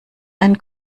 einen